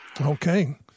Okay